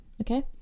Okay